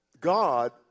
God